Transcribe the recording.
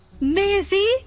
Maisie